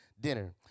dinner